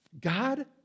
God